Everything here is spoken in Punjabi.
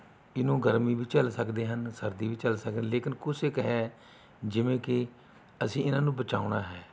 ਇਹਨੂੰ ਗਰਮੀ ਵੀ ਝੱਲ ਸਕਦੇ ਹਨ ਸਰਦੀ ਵੀ ਝੱਲ ਸਕ ਲੇਕਿਨ ਕੁਛ ਕੁ ਹੈ ਜਿਵੇਂ ਕਿ ਅਸੀਂ ਇਹਨਾਂ ਨੂੰ ਬਚਾਉਣਾ ਹੈ